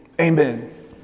amen